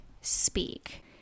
speak